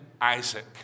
Isaac